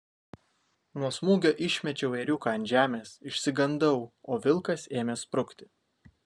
nuo smūgio išmečiau ėriuką ant žemės išsigandau o vilkas ėmė sprukti